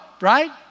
right